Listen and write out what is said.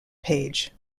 page